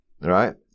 right